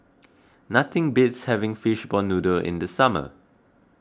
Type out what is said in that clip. nothing beats having Fishball Noodle in the summer